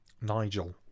Nigel